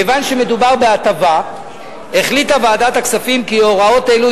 כיוון שמדובר בהטבה החליטה ועדת הכספים כי הוראות אלו